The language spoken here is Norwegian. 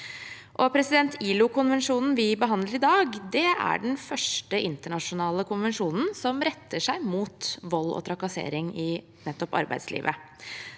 eller mer. ILO-konvensjonen vi behandler i dag, er den første internasjonale konvensjonen som retter seg mot vold og trakassering i nettopp arbeidslivet.